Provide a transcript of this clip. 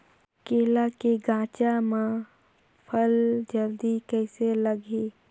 केला के गचा मां फल जल्दी कइसे लगही?